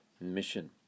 mission